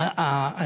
אין דיונים.